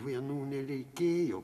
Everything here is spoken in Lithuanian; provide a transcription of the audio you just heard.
vienų nereikėjo